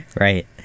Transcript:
Right